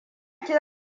ki